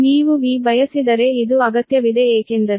ನೀವು V ಬಯಸಿದರೆ ಇದು ಅಗತ್ಯವಿದೆ ಏಕೆಂದರೆ